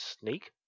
sneak